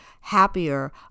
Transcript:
happier